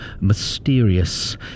mysterious